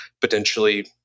potentially